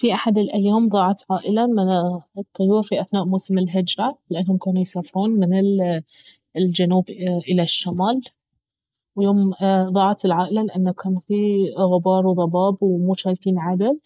في احد الأيام ضاعت عائلة من الطيور في اثناء موسم الهجرة لانهم كانوا يسافرون من ال- الجنوب الى الشمال ويوم ضاعت العائلة لان كان في غبار وضباب ومو جايفين عدل